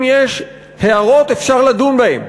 אם יש הערות אפשר לדון בהן,